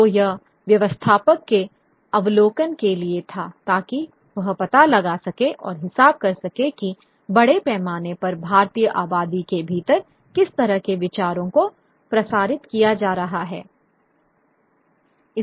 तो यह व्यवस्थापक के अवलोकन के लिए था ताकि वह पता लगा सके और हिसाब कर सके कि बड़े पैमाने पर भारतीय आबादी के भीतर किस तरह के विचारों को प्रसारित किया जा रहा है